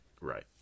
Right